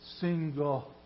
single